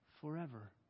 forever